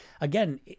again